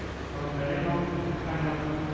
for carrying out this kind of